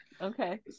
Okay